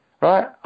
right